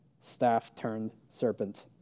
staff-turned-serpent